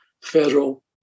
federal